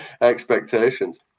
expectations